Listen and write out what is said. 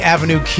Avenue